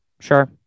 Sure